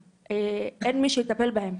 אין מי שיטפל בהם.